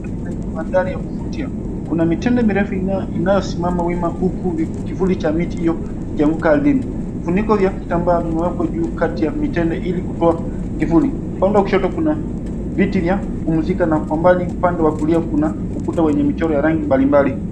Kwenye mandhari ya kuvutia, kuna mitende mirefu inayosimama wima huku kivuli cha miti hio kikianguka ardhini. Vifuniko vya vitamba vimewekwa juu kati ya mitende ili kutoa kivuli. Upande wa kushoto kuna viti vya kupumzika na kwa mbali upande wa kulia kuna ukuta wenye michoro ya rangi mbali mbali.